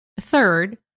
Third